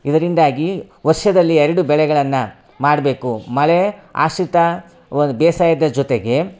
ಇದರಿಂದಾಗಿ ವರ್ಷದಲ್ಲಿ ಎರಡು ಬೆಳೆಗಳನ್ನು ಮಾಡಬೇಕು ಮಳೆ ಆಶ್ರಿತ ವ ಬೇಸಾಯದ ಜೊತೆಗೆ